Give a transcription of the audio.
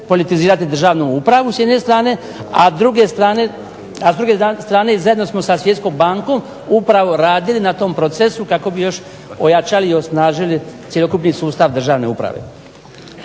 depolitizirati državnu upravu s jedne strane, a s druge strane i zajedno sa Svjetskom bankom upravo radili na tom procesu kako bi osnažili i ojačali cjelokupni sustav državne uprave.